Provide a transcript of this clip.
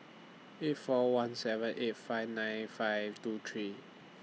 eight four one seven eight five nine five two three